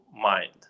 mind